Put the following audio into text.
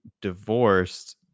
divorced